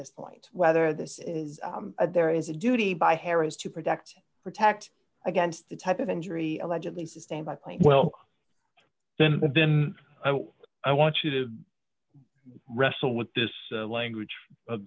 this point whether this is there is a duty by harris to protect protect against the type of injury allegedly sustained by playing well then but then i want you to wrestle with this language of